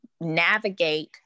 navigate